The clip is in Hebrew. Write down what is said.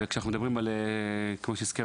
וכמו שהזכיר